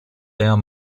daher